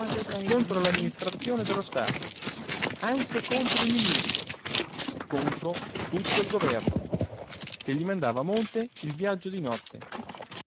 contro l'amministrazione dello stato anche contro il ministro contro tutto il governo che gli mandava a monte il viaggio di nozze